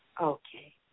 Okay